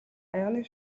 аяганы